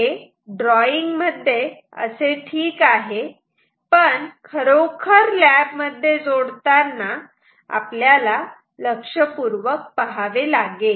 हे ड्रॉइंग मध्ये असे ठीक आहे पण खरोखर लॅब मध्ये जोडताना आपल्याला लक्षपूर्वक पहावे लागेल